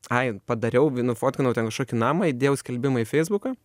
ai padariau nufotkinau ten kažkokį namą įdėjau skelbimą į feisbuką